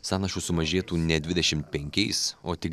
sąnašų sumažėtų ne dvidešim penkiais o tik